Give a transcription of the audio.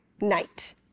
night